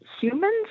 humans